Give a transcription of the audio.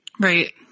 right